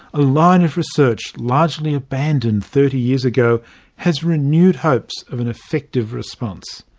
a line of research largely abandoned thirty years ago has renewed hope so of an effective response.